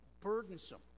burdensome